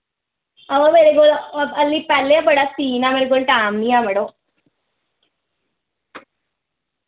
हां वा मेरे कोल आह्ली पैह्ले बड़ा सीन ऐ मेरे कोल टैम नी ऐ मड़ो